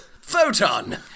Photon